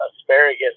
asparagus